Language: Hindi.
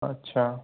अच्छा